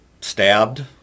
stabbed